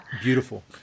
beautiful